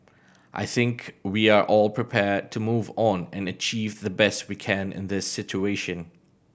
I think we are all prepared to move on and achieve the best we can in this situation